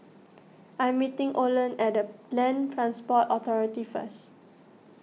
I'm meeting Olen at the Land Transport Authority first